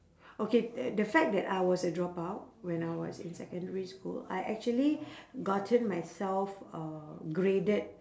okay uh the fact that I was a dropout when I was in secondary school I actually gotten myself uh graded